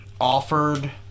offered